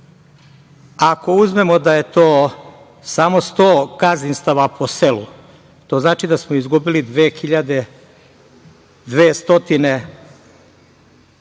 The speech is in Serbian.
Ako uzmemo da je to samo 100 gazdinstava po selu, to znači da smo izgubili 2.200